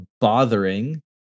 bothering